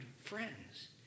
friends